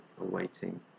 awaiting